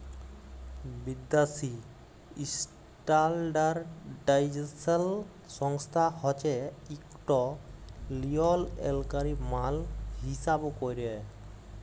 বিদ্যাসি ইস্ট্যাল্ডার্ডাইজেশল সংস্থা হছে ইকট লিয়লত্রলকারি মাল হিঁসাব ক্যরে